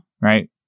Right